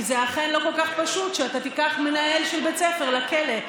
כי זה אכן לא כל כך פשוט שאתה תיקח מנהל של בית ספר לכלא,